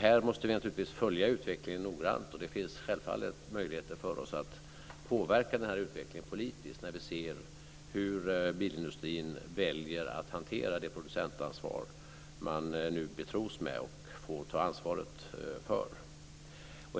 Här måste vi naturligtvis följa utvecklingen noggrant, och det finns självfallet möjligheter för oss att påverka utvecklingen politiskt när vi ser hur bilindustrin väljer att hantera det producentansvar man nu betros med och får ta ansvaret för.